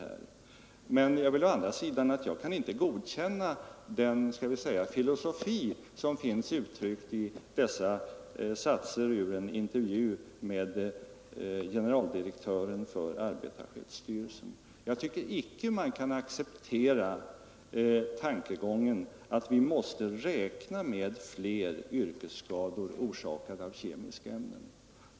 Men å andra sidan vill jag säga att jag vill inte godkänna den filosofi, om jag får kalla den så, som finns uttryckt i dessa satser ur en intervju med generaldirektören för arbetarskyddsstyrelsen. Jag tycker icke att man kan acceptera tankegången att vi måste räkna med flera yrkesskador orsakade av kemiska ämnen.